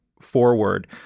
forward